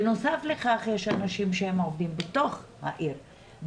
בנוסף לכך, יש אנשים שעובדים בתוך העיר.